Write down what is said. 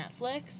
Netflix